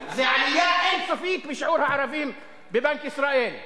זה עלייה אין-סופית בשיעור הערבים בבנק ישראל.